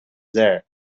there